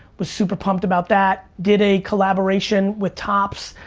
was super pumped about that, did a collaboration with topps.